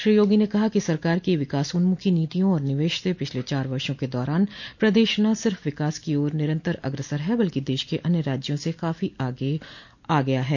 श्री योगी ने कहा कि सरकार की विकासोन्मुखी नीतियों और निवेश से पिछले चार वर्षो के दौरान प्रदेश न सिर्फ़ विकास की ओर निरन्तर अग्रसर है बल्कि देश के अन्य राज्यों से काफो आगे हो गया है